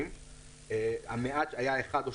זאת בעיה מאוד מאוד